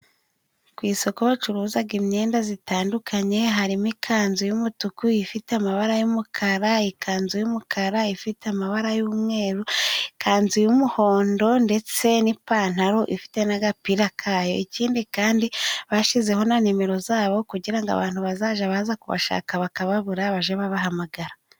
Ku isoko bacuruzaga imyenda zitandukanye， harimo ikanzu y'umutuku ifite amabara y'umukara， ikanzu y'umukara ifite amabara y'umweru， ikanzu y'umuhondo ndetse n'ipantaro ifite n'agapira kayo， ikindi kandi bashyizeho na nimero zabo kugira ngo abantu bazaja baza kubashaka bakababura baje babahamagara.